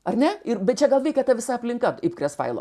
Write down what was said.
ar ne ir bet čia gal veikia ta visa aplinka ipkres failo